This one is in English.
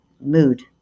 mood